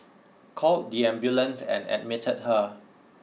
called the ambulance and admitted her